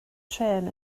trên